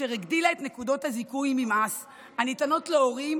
אשר הגדילה את נקודות הזיכוי ממס הניתנות להורים